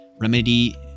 Remedy